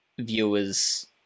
viewers